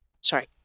Sorry